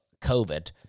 COVID